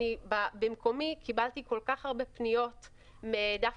במקומי קיבלתי כל כך הרבה פניות ממר"גים,